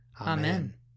Amen